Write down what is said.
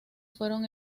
fueron